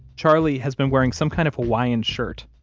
charlie has been wearing some kind of hawaiian shirt,